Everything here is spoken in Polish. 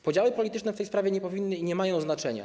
Podziały polityczne w tej sprawie nie powinny i nie mają znaczenia.